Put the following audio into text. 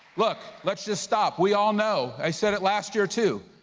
look, let's just stop, we all know, i said it last year too.